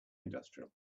industrial